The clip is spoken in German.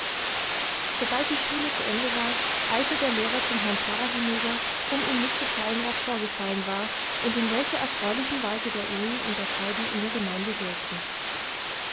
sobald die schule zu ende war eilte der lehrer zum herrn pfarrer hinüber um ihm mitzuteilen was vorgefallen war und in welcher erfreulichen weise der öhi und das heidi in der gemeinde wirkten